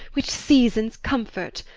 which seasons comfort.